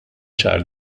ċar